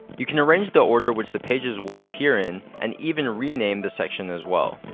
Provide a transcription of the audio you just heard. you can arrange the order which the pages will appear in and even rename the section as well.